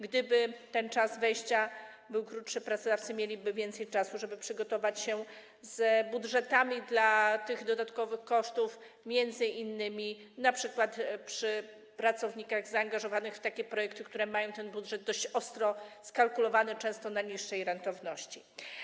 Gdyby ten czas wejścia był dłuższy, pracodawcy mieliby więcej czasu, żeby przygotować się z budżetami, jeśli chodzi o te dodatkowe koszty, np. przy pracownikach zaangażowanych w takie projekty, które mają ten budżet dość ostro skalkulowany, często na niższej rentowności.